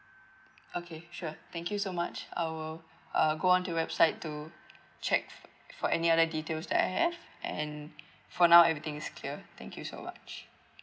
okay sure thank you so much I will uh go on to website to check for any other details that I have and for now everything's clear thank you so much